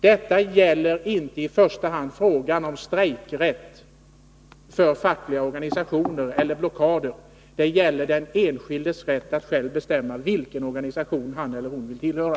Detta gäller inte i första hand frågan om strejkrätt för fackliga organisationer eller blockader — det gäller den enskildes rätt att själv bestämma vilken organisation han eller hon vill tillhöra.